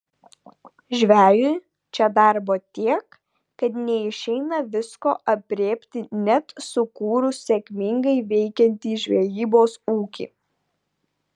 žvejui čia darbo tiek kad neišeina visko aprėpti net sukūrus sėkmingai veikiantį žvejybos ūkį